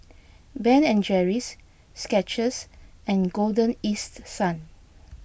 Ben at Jerry's Skechers and Golden East Sun